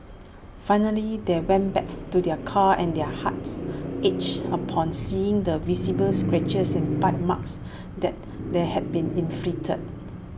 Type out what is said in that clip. finally they went back to their car and their hearts ached upon seeing the visible scratches and bite marks that they had been inflicted